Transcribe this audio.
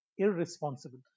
Irresponsible